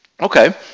okay